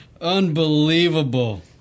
Unbelievable